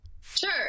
Sure